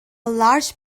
large